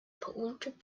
polluted